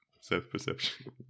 self-perception